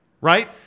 right